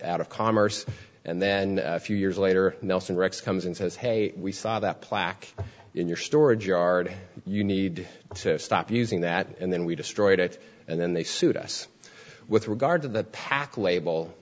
out of commerce and then a few years later nelson rex comes and says hey we saw that plaque in your storage yard you need to stop using that and then we destroyed it and then they sued us with regard to that pack label